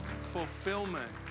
fulfillment